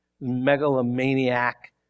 megalomaniac